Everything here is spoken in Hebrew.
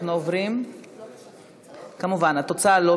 התשע"ה 2015,